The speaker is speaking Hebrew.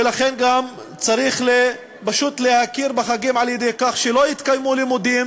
ולכן גם צריך פשוט להכיר בחגים על-ידי כך שלא יתקיימו לימודים